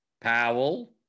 Powell